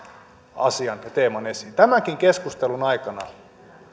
asian ja teeman esiin tämänkin keskustelun aikana